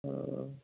ആ